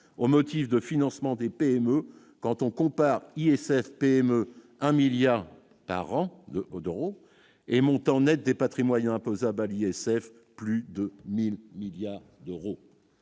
au motif de financement des PME quand on compare ISF-PME 1 1000000000 par an Odon et montant Net des patrimoines impose à Bali, ISF, plus de 1000 milliards d'euros,